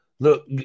Look